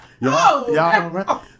Y'all